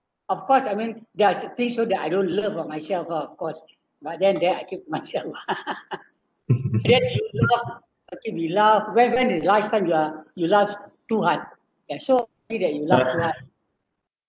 of course I mean there's are things so that I don't love of myself ah of course but then then I keep myself laugh serious you know okay we laugh when when did the last time you are you laugh too hard so only that you laugh too hard